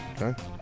Okay